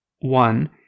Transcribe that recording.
One